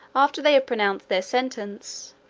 after they have pronounced their sentence,